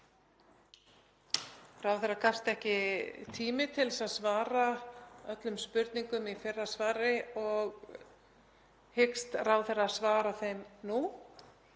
Ráðherra gafst ekki tími til að svara öllum spurningunum í fyrra svari og hyggst ráðherra svara þeim nú.